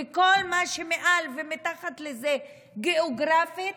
וכל מי שמעל ומתחת לזה גיאוגרפית,